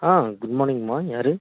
ஆ good மார்னிங்மா யார்